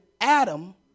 Adam